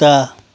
कुत्ता